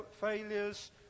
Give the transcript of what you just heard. failures